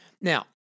Now